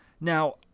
Now